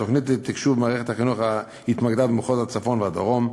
התוכנית לתקשוב מערכת החינוך התמקדה במחוז הצפון ובמחוז הדרום,